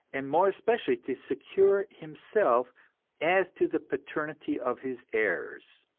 and more especially to secure himself as to the paternity of his heirs.